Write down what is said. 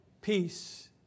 peace